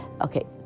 Okay